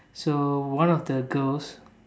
so one of the girls